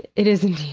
it is indeed!